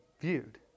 viewed